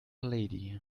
lady